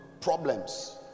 problems